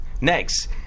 next